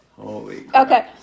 okay